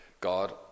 God